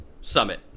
summit